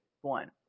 one